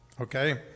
Okay